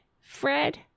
Fred